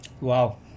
Wow